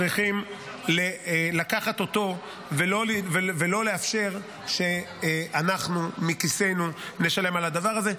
צריכים לקחת אותו ולא לאפשר שאנחנו מכיסנו נשלם על הדבר הזה.